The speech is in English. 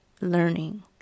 learning